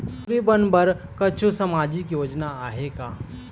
टूरी बन बर कछु सामाजिक योजना आहे का?